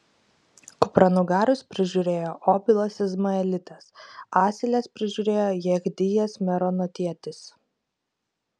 kupranugarius prižiūrėjo obilas izmaelitas asiles prižiūrėjo jechdijas meronotietis